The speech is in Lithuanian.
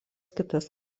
kitas